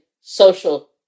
social